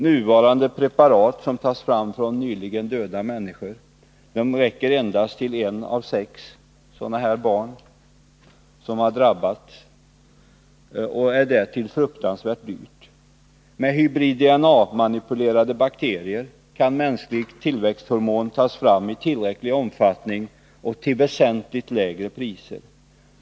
Nuvarande preparat som tas fram från en nyligen avliden människa räcker endast för behandling av ett av sex barn som har drabbats, och preparatet är därtill fruktansvärt dyrt. Med hybrid-DNA-manipulerade bakterier kan mänskligt tillväxthormon tas fram i tillräcklig omfattning och till väsentligt lägre priser.